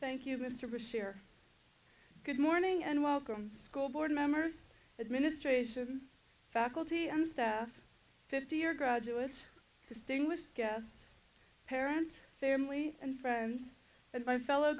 thank you mr bashir good morning and welcome school board members administration faculty and staff fifty year graduates distinguished guests parents family and friends and my fellow